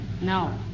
No